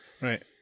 Right